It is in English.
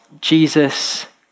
Jesus